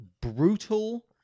brutal